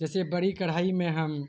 جیسے بڑی کڑھائی میں ہم